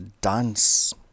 dance